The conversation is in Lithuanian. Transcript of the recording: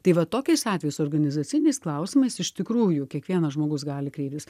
tai va tokiais atvejais organizaciniais klausimais iš tikrųjų kiekvienas žmogus gali kreiptis